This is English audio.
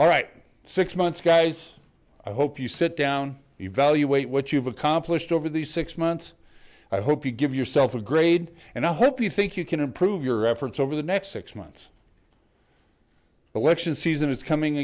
all right six months guys i hope you sit down evaluate what you've accomplished over these six months i hope you give yourself a grade and i hope you think you can improve your efforts over the next six months the lection season is coming